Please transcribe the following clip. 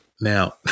now